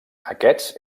aquests